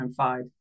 2005